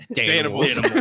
Animals